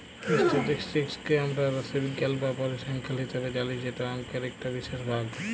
statistics কে আমরা রাশিবিজ্ঞাল বা পরিসংখ্যাল হিসাবে জালি যেট অংকের ইকট বিশেষ ভাগ